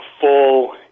full